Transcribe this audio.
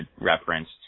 referenced